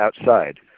outside